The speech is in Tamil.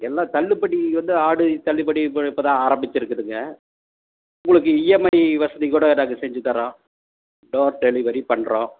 எல்லாம் தள்ளுபடி வந்து ஆடி தள்ளுபடி இப்போதான் ஆரமிச்சுருக்குதுங்க உங்களுக்கு இஎம்ஐ வசதி கூட நாங்கள் செஞ்சுத் தறோம் டோர் டெலிவரி பண்ணுறோம்